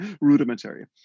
rudimentary